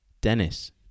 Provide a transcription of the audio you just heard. Dennis